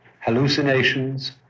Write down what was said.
hallucinations